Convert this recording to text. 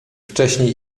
wcześniej